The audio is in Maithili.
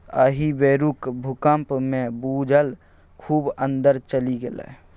एहि बेरुक भूकंपमे भूजल खूब अंदर चलि गेलै